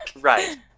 right